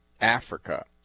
Africa